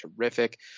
terrific